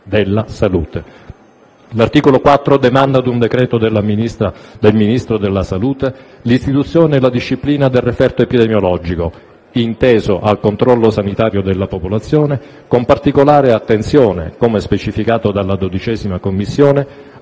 L'articolo 4 demanda ad un decreto del Ministro della salute l'istituzione e la disciplina del referto epidemiologico inteso al controllo sanitario della popolazione, con particolare attenzione, come specificato dalla 12a Commissione,